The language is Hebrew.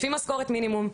לפי משכורת מינימום,